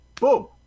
Boom